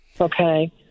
Okay